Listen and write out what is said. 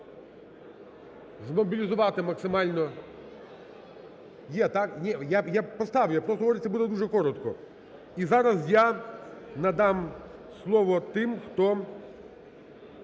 змобілізувати максимально… Є? Так? Я поставлю, я просто говорю, це буде дуже коротко. І зараз я надам слово тим, хто,